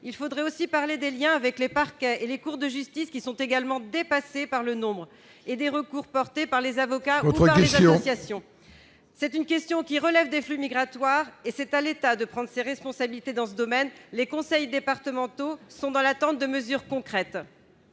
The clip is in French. il faudrait aussi parler des Liens avec les parquets et les cours de justice qui sont également dépassées par le nombre et des recours, portés par les avocats Vaudois j'Annonciation, c'est une question qui relève des flux migratoires et c'est à l'État de prendre ses responsabilités dans ce domaine, les conseils départementaux sont dans l'attente de mesures concrètes.